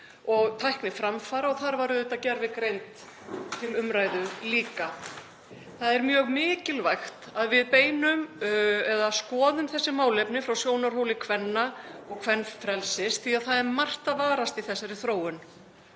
og tækniframfara og þar var gervigreind auðvitað líka til umræðu. Það er mjög mikilvægt að við skoðum þessi málefni frá sjónarhóli kvenna og kvenfrelsis því að það er margt að varast í þessari þróun.